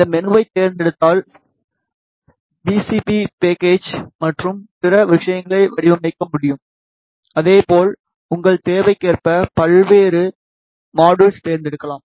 இந்த மெனுவைத் தேர்ந்தெடுத்தால் பிசிபி பேக்கேஜ் மற்றும் பிற விஷயங்களை வடிவமைக்க முடியும்அதேபோல் உங்கள் தேவைக்கேற்ப பல்வேறு மாடியுல் தேர்ந்தெடுக்கலாம்